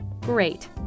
Great